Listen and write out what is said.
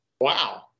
Wow